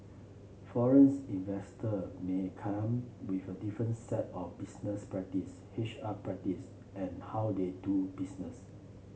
foreign investor may come with a different set of business practice H R practice and how they do business